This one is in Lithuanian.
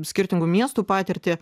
skirtingų miestų patirtį